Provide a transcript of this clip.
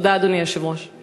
תודה, אדוני היושב-ראש.